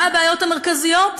מה הבעיות המרכזיות?